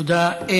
תודה.